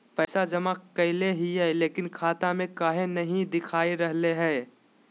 पैसा जमा कैले हिअई, लेकिन खाता में काहे नई देखा रहले हई?